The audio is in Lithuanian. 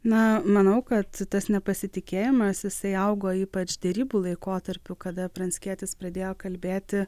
na manau kad tas nepasitikėjimas jisai augo ypač derybų laikotarpiu kada pranckietis pradėjo kalbėti